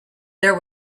there